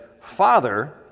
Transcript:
Father